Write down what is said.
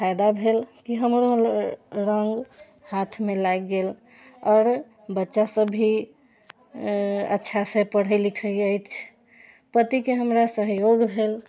फायदा भेल की हमरो रङ्ग हाथमे लागि गेल आओर बच्चा सब भी अच्छासँ पढ़ै लिखै अछि पतिके हमरा सहयोग भेल